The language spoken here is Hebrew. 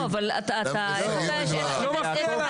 לא, אבל איך אתה חי עם זה בשלום?